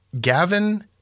Gavin